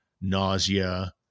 nausea